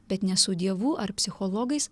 bet ne su dievu ar psichologais